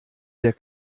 der